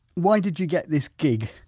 why did you get this gig?